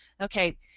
Okay